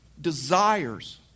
desires